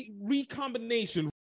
recombination